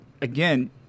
again